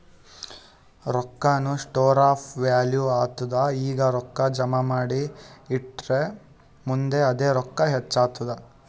ರೊಕ್ಕಾನು store of value ಆತ್ತುದ್ ಈಗ ರೊಕ್ಕಾ ಜಮಾ ಮಾಡಿ ಇಟ್ಟುರ್ ಮುಂದ್ ಅದೇ ರೊಕ್ಕಾ ಹೆಚ್ಚ್ ಆತ್ತುದ್